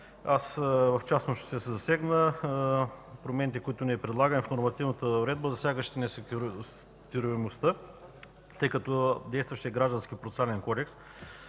В частност ще засегна промените, които предлагаме в нормативната уредба, засягащи несеквестируемостта, тъй като действащият Граждански процесуален кодекс